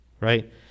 right